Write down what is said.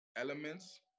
elements